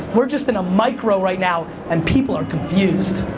we're just in a micro right now and people are confused.